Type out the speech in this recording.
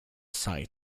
site